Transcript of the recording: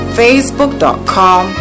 facebook.com